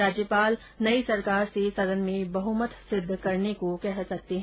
राज्यपाल नई सरकार से सदन में बहुमत सिद्व करने को कह सकते है